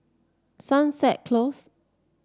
Sunset Close